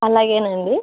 అలాగే అండి